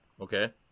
Okay